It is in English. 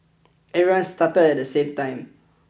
everyone started at the same time